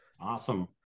Awesome